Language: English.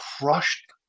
crushed